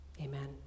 Amen